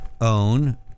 own